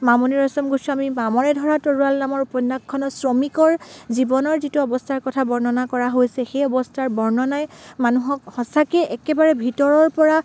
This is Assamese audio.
মামণি ৰয়চম গোস্বামী মামৰে ধৰা তৰোৱাল নামৰ উপন্যাসখনত শ্ৰমিকৰ জীৱনৰ যিটো অৱস্থাৰ কথা বৰ্ণনা কৰা হৈছে সেই অৱস্থাৰ বৰ্ণনাই মানুহক সঁচাকৈ একেবাৰে ভিতৰৰ পৰা